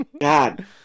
God